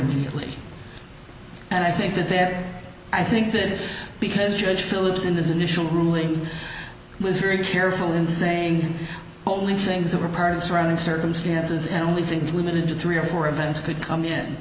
immediately and i think that that i think that because judge phillips in this initial ruling was very careful in saying only things that were part of the surrounding circumstances and only things limited to three or four events could come in